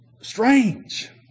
Strange